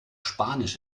spanisch